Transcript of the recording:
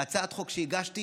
על הצעת החוק שהגשתי